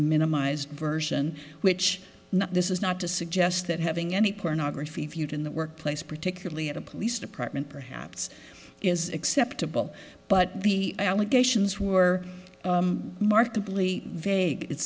minimized version which this is not to suggest that having any pornography viewed in the workplace particularly at a police department perhaps is acceptable but the allegations were markedly vague it